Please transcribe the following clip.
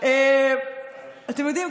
אתם יודעים,